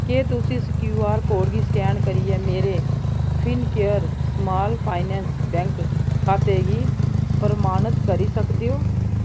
क्या तुस इस क्यूआर कोड गी स्कैन करियै मेरे पिनकेयर स्माल फाइनैंस बैंक खाते गी प्रमाणत करी सकदे ओ